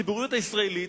לציבוריות הישראלית,